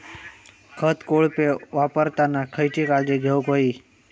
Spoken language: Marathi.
खत कोळपे वापरताना खयची काळजी घेऊक व्हयी?